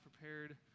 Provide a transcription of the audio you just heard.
prepared